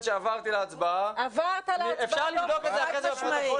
שעברתי להצבעה -- עברת להצבעה חד משמעית.